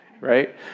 right